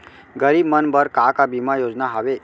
गरीब मन बर का का बीमा योजना हावे?